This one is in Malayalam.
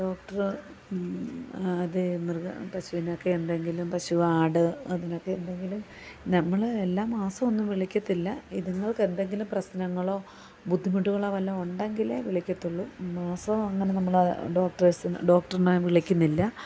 ഡോക്ട്ര് ആദ്യം മൃഗ പശുവിനൊക്കെ എന്തെങ്കിലും പശു ആട് അതിനൊക്കെ എന്തെങ്കിലും നമ്മള് എല്ലാ മാസവുമൊന്നും വിളിക്കത്തില്ല ഇതിങ്ങൾക്ക് എന്തെങ്കിലും പ്രശ്നങ്ങളോ ബുദ്ധിമുട്ടുകളോ വല്ലതും ഉണ്ടെങ്കിലെ വിളിക്കത്തുള്ളൂ മാസവും അങ്ങനെ നമ്മള് ഡോക്ടറിനെ വിളിക്കുന്നില്ല